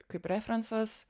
kaip refrencas